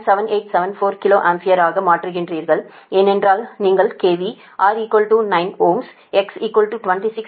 7874 kilo ampere ஆக மாற்றுகிறீர்கள் ஏனென்றால் நீங்கள் KV R 9 Ω X 26